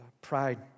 pride